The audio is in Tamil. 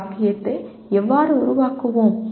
ஒரு வாக்கியத்தை எவ்வாறு உருவாக்குவோம்